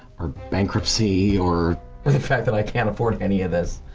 or bankruptcy or and the fact that i can't afford any of this.